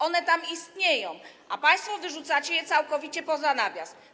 One tam istnieją, a państwo wyrzucacie je całkowicie poza nawias.